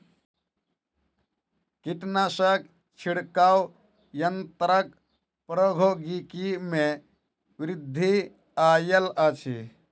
कीटनाशक छिड़काव यन्त्रक प्रौद्योगिकी में वृद्धि आयल अछि